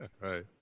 Right